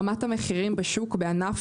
רמת המחירים בשוק הענף